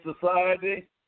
society